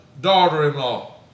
daughter-in-law